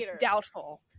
doubtful